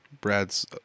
Brad's